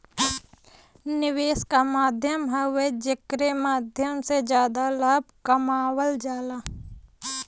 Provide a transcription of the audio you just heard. निवेश एक माध्यम हउवे जेकरे माध्यम से जादा लाभ कमावल जाला